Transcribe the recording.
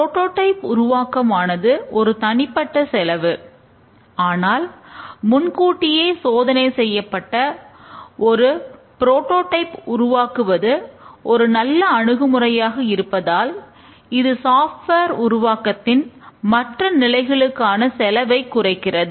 prototype உருவாக்கத்தின் மற்ற நிலைகளுக்கான செலவைக் குறைக்கிறது